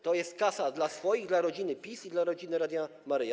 To jest kasa dla swoich, dla rodziny PiS i dla Rodziny Radia Maryja.